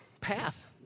path